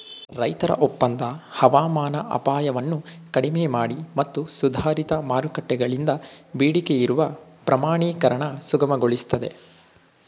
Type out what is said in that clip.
ರೈತರ ಒಪ್ಪಂದ ಹವಾಮಾನ ಅಪಾಯವನ್ನು ಕಡಿಮೆಮಾಡಿ ಮತ್ತು ಸುಧಾರಿತ ಮಾರುಕಟ್ಟೆಗಳಿಂದ ಬೇಡಿಕೆಯಿರುವ ಪ್ರಮಾಣೀಕರಣ ಸುಗಮಗೊಳಿಸ್ತದೆ